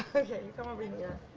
okay, come over here,